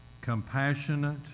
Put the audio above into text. compassionate